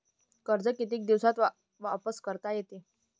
कर्ज कितीक दिवसात वापस करता येते?